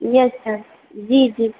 yes sir जी जी